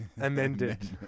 amended